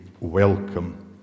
welcome